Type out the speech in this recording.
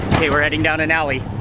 okay, we're heading down an alley,